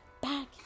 back